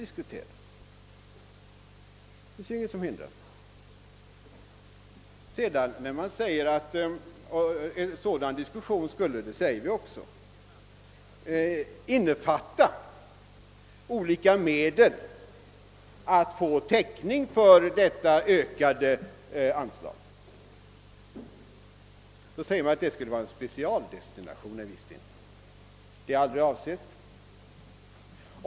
Socialdemokraterna menar vidare — liksom vi — att en sådan diskussion också skulle innefatta olika medel att få täckning för detta ökade anslag, men de menar också att förslaget skulle innebära en specialdestination: Det är aldrig avsett.